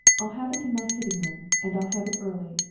i'll have it in my sitting-room, and i'll have it early.